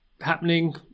happening